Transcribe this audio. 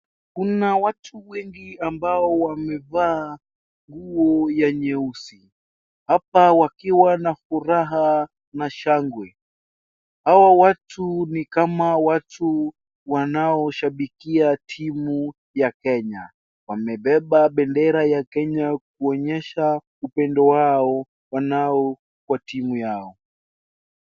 Kuna watu wengi ambao wamevaa nguo ya nyeusi, hapa wakiwa na furaha na shangwe. Hawa watu ni kama watu wanaoshabikia timu ya Kenya. Wamebeba bendera ya Kenya kuonyesha upendo wao wanao kwa timu yao.